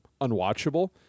unwatchable